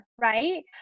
right